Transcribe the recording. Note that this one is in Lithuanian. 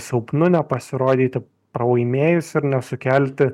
silpnu nepasirodyti pralaimėjusiu ir nesukelti